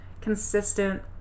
consistent